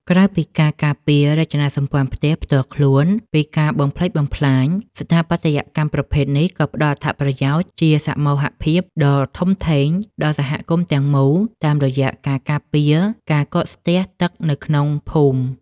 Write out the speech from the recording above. ក្រៅពីការការពាររចនាសម្ព័ន្ធផ្ទះផ្ទាល់ខ្លួនពីការបំផ្លិចបំផ្លាញ ស្ថាបត្យកម្មប្រភេទនេះក៏ផ្ដល់អត្ថប្រយោជន៍ជាសមូហភាពដ៏ធំធេងដល់សហគមន៍ទាំងមូល តាមរយៈការការពារការកកស្ទះទឹកនៅក្នុងភូមិ។